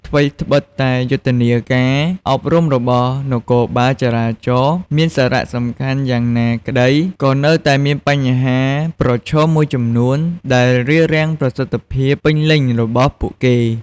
ថ្វីដ្បិតតែយុទ្ធនាការអប់រំរបស់នគរបាលចរាចរណ៍មានសារៈសំខាន់យ៉ាងណាក្តី ក៏នៅតែមានបញ្ហាប្រឈមមួយចំនួនដែលរារាំងប្រសិទ្ធភាពពេញលេញរបស់ពួកគេ។